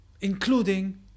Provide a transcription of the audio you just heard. including